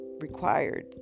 required